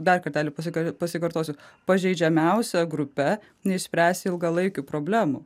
dar kartelį pasi pasikartosiu pažeidžiamiausia grupe neišspręsi ilgalaikių problemų